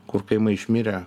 kur kaimai išmirę